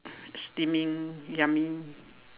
steaming yummy